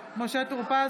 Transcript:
בעד מאיר כהן,